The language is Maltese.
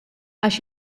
għax